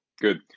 Good